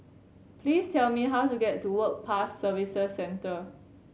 please tell me how to get to Work Pass Services Centre